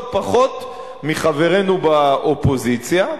לא פחות מחברינו באופוזיציה,